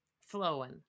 flowing